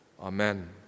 Amen